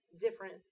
different